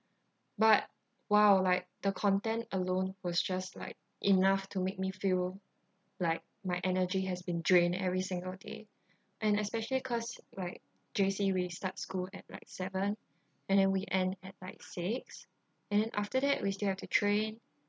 but !wow! like the content alone was just like enough to make me feel like my energy has been drained every single day and especially cause like J_C we start school at like seven and then we end at like six and after that we still have to train